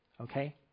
Okay